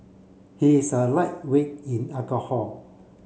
he is a lightweight in alcohol